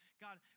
God